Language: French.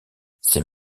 c’est